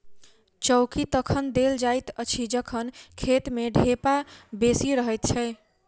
चौकी तखन देल जाइत अछि जखन खेत मे ढेपा बेसी रहैत छै